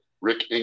Rick